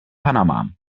panama